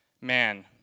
Man